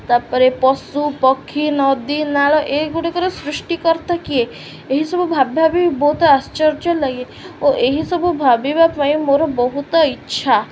ତାପରେ ପଶୁ ପକ୍ଷୀ ନଦୀ ନାଳ ଏଗୁଡ଼ିକର ସୃଷ୍ଟିକର୍ତ୍ତା କିଏ ଏହିସବୁ ଭାବି ଭାବି ବହୁତ ଆଶ୍ଚର୍ଯ୍ୟ ଲାଗେ ଓ ଏହିସବୁ ଭାବିବା ପାଇଁ ମୋର ବହୁତ ଇଚ୍ଛା